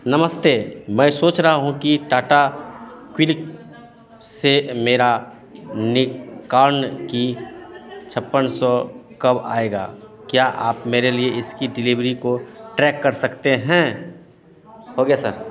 नमस्ते मैं सोच रहा हूँ कि टाटा प्लिक से मेरा निकॉन की छप्पन सौ कब आएगा क्या आप मेरे लिए इसकी डिलीबरी को ट्रैक कर सकते हैं हो गया सर